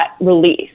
release